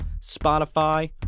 Spotify